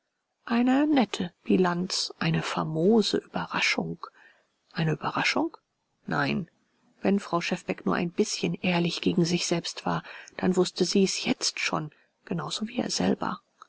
eine nette bilanz eine famose ueberraschung eine ueberraschung nein wenn frau schefbeck nur ein bißchen ehrlich gegen sich selbst war dann wußte sie's jetzt schon genau so wie er selber